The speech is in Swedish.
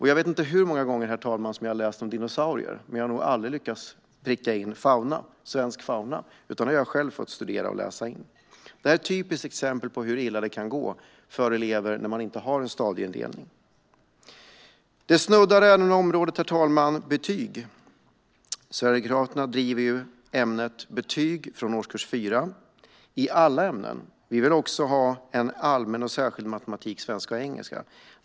Jag vet inte hur många gånger jag fick läsa om dinosaurier, men jag har nog aldrig lyckats pricka in svensk fauna. Detta har jag själv fått läsa in. Detta är ett typiskt exempel på hur illa det kan gå för elever när det inte finns någon stadieindelning. Detta snuddar även vid området betyg. Sverigedemokraterna driver frågan att betyg ska ges från årskurs 4 i alla ämnen. Vi vill dessutom ha allmän och särskild matematik, svenska och engelska.